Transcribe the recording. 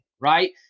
right